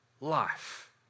life